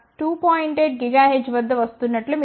8 GHz వద్ద వస్తున్నట్లు మీరు చూడవచ్చు